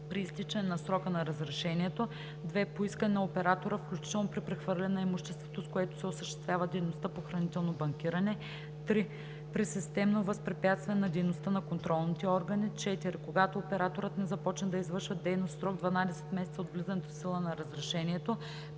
при изтичане на срока на разрешението; 2. по искане на оператора, включително при прехвърляне на имуществото, с което се осъществява дейността по хранително банкиране; 3. при системно възпрепятстване на дейността на контролните органи; 4. когато операторът не започне да извършва дейност в срок 12 месеца от влизането в сила на разрешението;